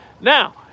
Now